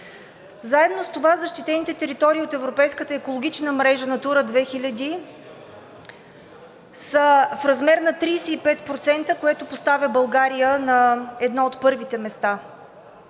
Заедно с това защитените територии от европейската екологична мрежа „Натура 2000“ са в размер на 35%, което поставя България на едно от първите места.